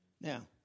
Now